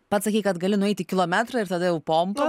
pats sakei kad gali nueiti kilometrą ir tada jau pompa